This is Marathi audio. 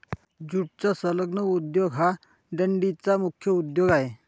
ज्यूटचा संलग्न उद्योग हा डंडीचा मुख्य उद्योग आहे